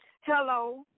Hello